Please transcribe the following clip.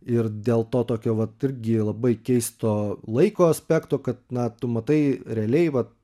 ir dėl to tokio vat irgi labai keisto laiko aspekto kad na tu matai realiai vat